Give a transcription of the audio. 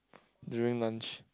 during lunch